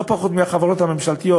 לא פחות מאשר החברות הממשלתיות,